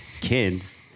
kids